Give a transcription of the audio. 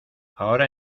ahora